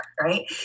right